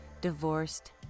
divorced